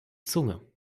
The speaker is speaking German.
zunge